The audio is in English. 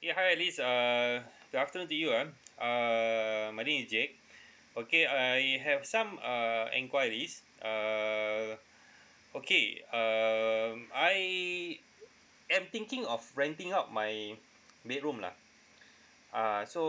ya hi alice err good afternoon to you ah err my name is jake okay I have some uh enquiries err okay um I am thinking of renting out my bedroom lah uh so